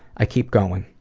i keep going.